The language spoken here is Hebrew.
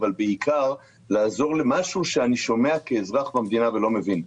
אבל בעיקר לעזור למשהו שאני שומע כאזרח במדינה ולא מבין.